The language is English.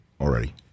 already